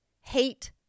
hate